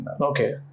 Okay